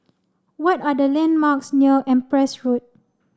what are the landmarks near Empress Road